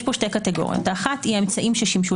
יש פה שתי קטגוריות האחת היא האמצעים ששימשו